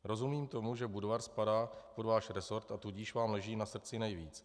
Rozumím tomu, že Budvar spadá pod váš resort, a tudíž vám leží na srdci nejvíc.